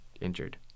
injured